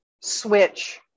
switch